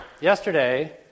yesterday